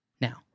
now